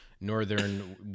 Northern